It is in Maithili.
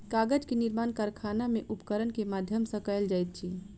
कागज के निर्माण कारखाना में उपकरण के माध्यम सॅ कयल जाइत अछि